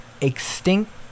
extinct